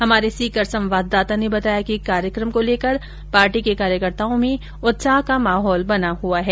हमारे सीकर संवाददाता ने बताया कि कार्यक्रम को लेकर पार्टी के कार्यकर्ताओं में उत्साह का माहोल बना हुआ है